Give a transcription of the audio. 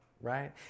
right